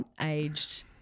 aged